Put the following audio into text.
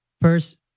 First